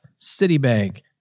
Citibank